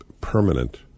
permanent